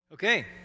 Okay